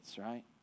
right